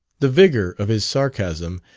the vigour of his sarcasm,